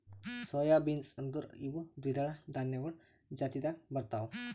soy beans ಅಂದುರ್ ಇವು ದ್ವಿದಳ ಧಾನ್ಯಗೊಳ್ ಜಾತಿದಾಗ್ ಬರ್ತಾವ್